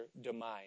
demise